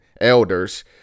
elders